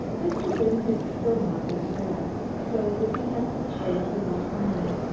mr. wynne had still not looked back, so the detective trailed along behind,